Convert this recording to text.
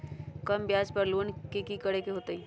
कम ब्याज पर लोन की करे के होतई?